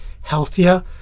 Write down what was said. healthier